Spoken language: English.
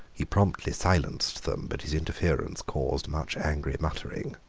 he promptly silenced them but his interference caused much angry muttering.